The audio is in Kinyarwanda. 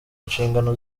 inshingano